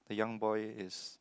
the young boy is